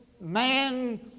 man